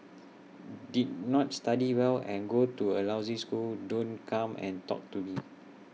did not study well and go to A lousy school don't come and talk to me